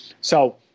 So-